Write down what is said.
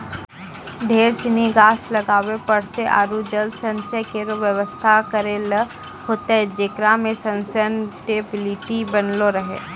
ढेर सिनी गाछ लगाबे पड़तै आरु जल संचय केरो व्यवस्था करै ल होतै जेकरा सें सस्टेनेबिलिटी बनलो रहे